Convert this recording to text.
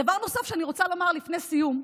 דבר נוסף שאני רוצה לומר לפני סיום,